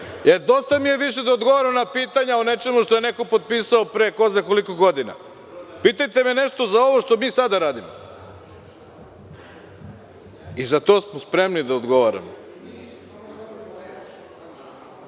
Dosta mi je više da odgovaram na pitanja o nečemu što je neko potpisao pre ko zna koliko godina. Pitajte me nešto za ovo što sada radimo i za to smo spremni da odgovaramo.(Borislav